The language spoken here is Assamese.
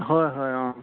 হয় হয় অঁ